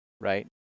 Right